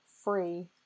free